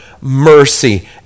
mercy